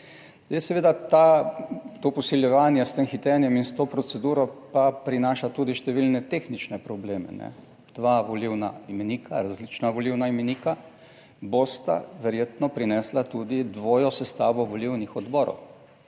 seveda to posiljevanje s tem hitenjem in s to proceduro pa prinaša tudi številne tehnične probleme, dva volilna imenika, različna volilna imenika, bosta verjetno prinesla tudi dvojo sestavo volilnih odborov.